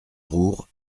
roure